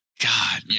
God